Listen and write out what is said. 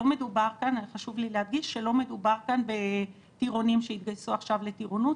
חשוב לי להדגיש שלא מדובר כאן בטירונים שהתגייסו עכשיו לטירונות.